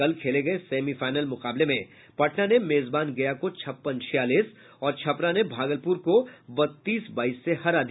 कल खेले गये सेमीफाइनल मुकाबले में पटना ने मेजबान गया को छप्पन छियालीस और छपरा ने भागलपुर को बत्तीस बाईस से हरा दिया